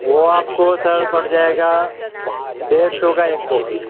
وہ آپ کو سر پڑ جائے گا ڈیرھ سو کا ایک کاپی